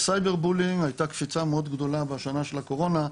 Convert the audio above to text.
ב-cyber bullying הייתה קפיצה מאוד גדולה בשנה של הקורונה,